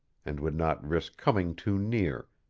and would not risk coming too near,